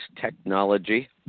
technology